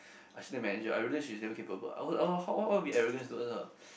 I shouldn't measure I realise she's damn capable I will I will always be arrogance though